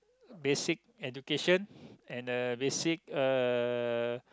basic education